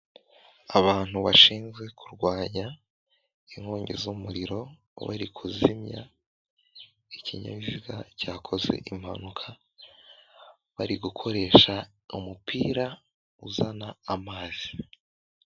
Abantu bashinzwe kurwanya inkongi z'umuriro bari kuzimya ikinyabiziga cyakoze impanuka bari gukoresha umupira uzana amazi.